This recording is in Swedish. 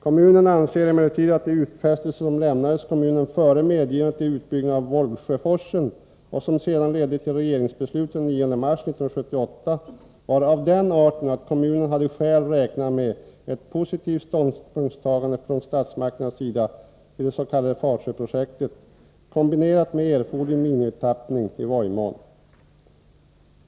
Kommunen anser emellertid att de utfästelser som lämnades kommunen före medgivandet till utbyggnad av Volgsjöforsen och som sedan ledde till regeringsbeslutet den 9 mars 1978 var av den arten att kommunen hade skäl att räkna med ett positivt ståndpunktstagande från statsmakternas sida till det s.k. Fatsjöprojektet kombinerat med erforderlig minimitappning i Vojmån.